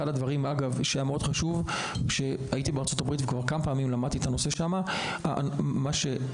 אחד הדברים שלא מצא חן בעיני כשהייתי בארצות הברית זה מה שקורה